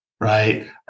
Right